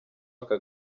aka